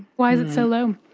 why is it so low?